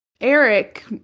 Eric